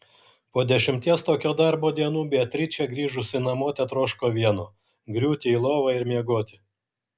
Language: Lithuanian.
po dešimties tokio darbo dienų beatričė grįžusi namo tetroško vieno griūti į lovą ir miegoti